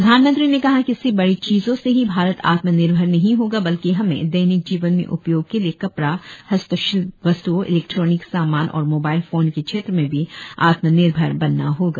प्रधानमंत्री ने कहा कि सिर्फ बड़ी चीजों से ही भारत आत्म निर्भर नहीं होगा बल्कि हमें दैनिक जीवन में उपयोग के लिए कपड़ा हस्तशिल्प वस्त्ओं इलेक्ट्रिोनिक सामान और मोबाइल फोन के क्षेत्र में भी आत्म निर्भर बनना होगा